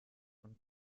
und